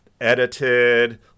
edited